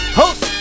host